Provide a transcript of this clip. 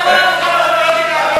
טוב, חברים.